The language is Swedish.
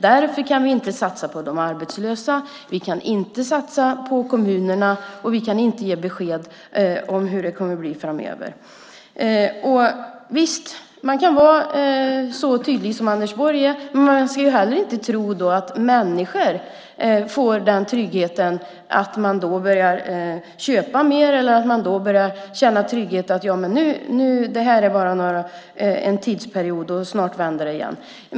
Därför kan man inte satsa på de arbetslösa, man kan inte satsa på kommunerna och man kan inte ge besked om hur det kommer att bli framöver. Visst, man kan vara så tydlig som Anders Borg är, men man ska då inte tro att människor får trygghet nog att börja köpa mer eller att de börjar känna trygghet i att det här bara är en tidsperiod och att det snart vänder igen.